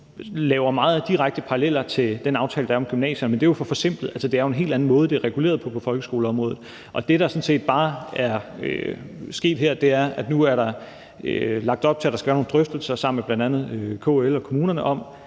laver meget direkte paralleller til den aftale, der er om gymnasierne. Men det er jo for forsimplet. Altså, det er jo en helt anden måde, det er reguleret på på folkeskoleområdet. Det, der sådan set bare er sket her, er, at nu er der lagt op til, at der skal være nogle drøftelser sammen med bl.a. KL og kommunerne om,